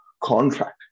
contract